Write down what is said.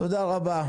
תודה רבה.